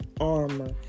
armor